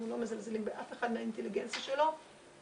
אנחנו לא מזלזלים באינטליגנציה של אף אחד,